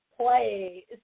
play